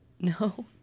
No